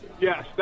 yes